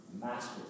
Master